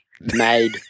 made